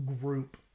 group